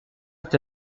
est